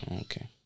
Okay